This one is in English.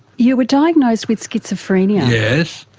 you were diagnosed with schizophrenia. yes.